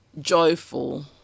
joyful